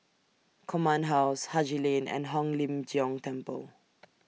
Command House Haji Lane and Hong Lim Jiong Temple